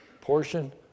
portion